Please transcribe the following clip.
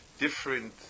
different